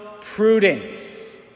prudence